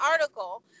article